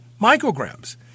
micrograms